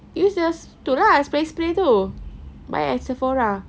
use the itu lah spray spray tu buy at Sephora